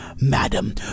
madam